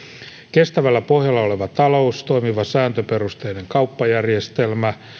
kestävällä pohjalla oleva talous toimiva sääntöperusteinen kauppajärjestelmä